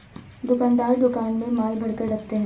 दुकानदार दुकान में माल भरकर रखते है